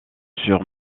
sur